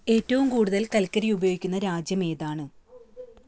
ഏറ്റവും കൂടുതൽ കൽക്കരി ഉപയോഗിക്കുന്ന രാജ്യം ഏതാണ്